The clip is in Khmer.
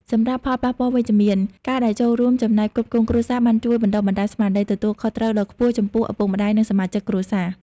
សម្រាប់ផលប៉ះពាល់វិជ្ជមាន ការដែលចូលរួមចំណែកផ្គត់ផ្គង់គ្រួសារបានជួយបណ្ដុះបណ្ដាលស្មារតីទទួលខុសត្រូវដ៏ខ្ពស់ចំពោះឪពុកម្ដាយ និងសមាជិកគ្រួសារ។